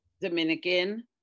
Dominican